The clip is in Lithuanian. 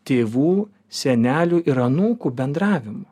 tėvų senelių ir anūkų bendravimo